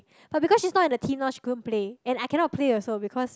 but because she's not in the team now she couldn't and I cannot play also because